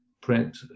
print